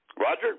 Roger